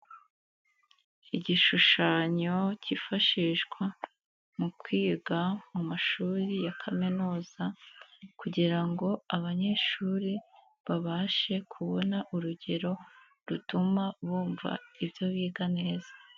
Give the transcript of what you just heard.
Igishushanyo kifashishwa mu kwiga mu mashuri ya kaminuza kugira ngo abanyeshuri babashe kubona urugero rutuma bumva ibyo biga neza.